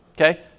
Okay